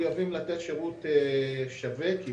במדינה שרוב תושביה מסורתיים, דתיים וחרדים